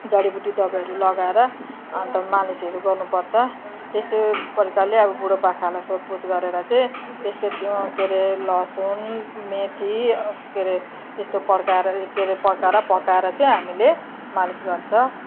जडीबुटी दबईहरू लगाएर अन्त मालिसहरू गर्नुपर्छ त्यस्तो प्रकारले अब बुढोपाकाहरूलाई सोधपुछ गरेर चाहिँ त्यसले के अरे लसुन मेथी के अरे त्यस्तो पड्काएर के अरे पकाएर पकाएर चैँ हामीले मालिस गर्छ